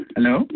Hello